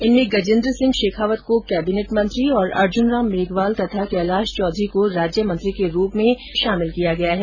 इनमें गजेन्द्र सिंह शेखावत को केबिनेट मंत्री और अर्जुन राम मेघवाल तथा कैलाश चौधरी को राज्यमंत्री के रूप में शामिल किया गया है